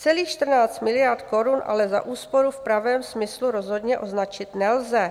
Celých 14 miliard korun ale za úsporu v pravém smyslu rozhodně označit nelze.